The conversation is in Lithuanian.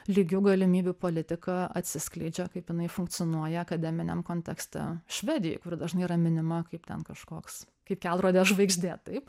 lygių galimybių politika atsiskleidžia kaip jinai funkcionuoja akademiniam kontekste švedijoj kur dažnai yra minima kaip ten kažkoks kaip kelrodė žvaigždė taip